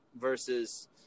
versus